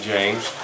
James